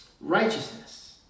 Righteousness